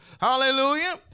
Hallelujah